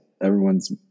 everyone's